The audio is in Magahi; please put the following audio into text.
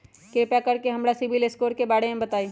कृपा कर के हमरा सिबिल स्कोर के बारे में बताई?